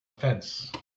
fence